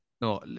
no